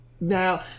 Now